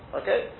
okay